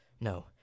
No